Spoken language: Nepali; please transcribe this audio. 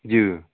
ज्यू